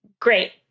Great